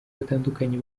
batandukanye